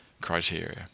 criteria